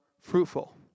fruitful